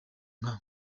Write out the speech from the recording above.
nka